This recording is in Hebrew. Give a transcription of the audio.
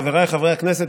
חבריי חברי הכנסת,